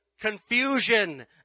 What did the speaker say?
confusion